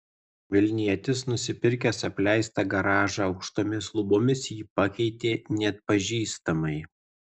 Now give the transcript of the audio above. vilnietis nusipirkęs apleistą garažą aukštomis lubomis jį pakeitė neatpažįstamai